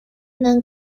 non